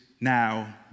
now